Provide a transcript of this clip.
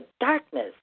darkness